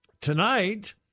Tonight